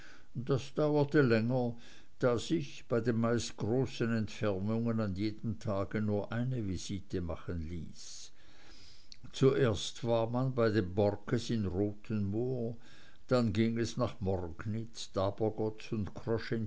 das dauerte länger da sich bei den meist großen entfernungen an jedem tag nur eine visite machen ließ zuerst war man bei den borckes in rothenmoor dann ging es nach morgnitz dabergotz und